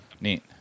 neat